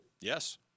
Yes